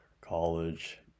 college